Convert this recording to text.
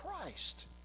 Christ